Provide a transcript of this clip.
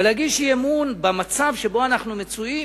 אבל להגיש אי-אמון במצב שבו אנו מצויים